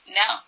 no